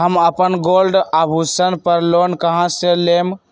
हम अपन गोल्ड आभूषण पर लोन कहां से लेम?